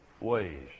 ways